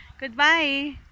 Goodbye